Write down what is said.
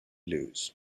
lose